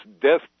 death